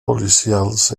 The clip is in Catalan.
policials